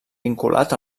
vinculat